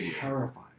terrifying